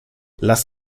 lass